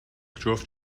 جفت